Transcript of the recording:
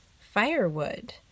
firewood